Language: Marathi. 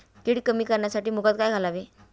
कीड कमी करण्यासाठी मुगात काय घालावे?